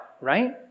right